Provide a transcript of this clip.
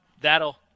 That'll